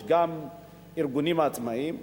יש גם ארגונים עצמאים.